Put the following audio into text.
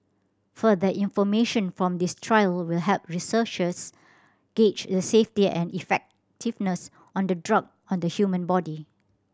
further information from this trial will help researchers gauge the safety and effectiveness on the drug on the human body